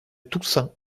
toussaint